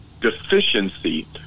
deficiency